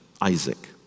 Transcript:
Isaac